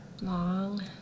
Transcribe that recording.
Long